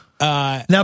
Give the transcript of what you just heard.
Now